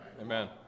Amen